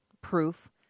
proof